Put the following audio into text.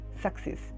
success